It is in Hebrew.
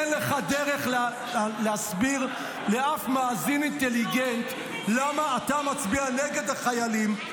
אין לך דרך להסביר לאף מאזין אינטליגנט למה אתה מצביע נגד החיילים,